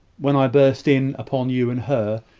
when i burst in upon you and her,